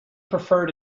prefer